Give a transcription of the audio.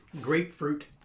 grapefruit